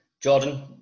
Jordan